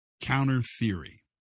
counter-theory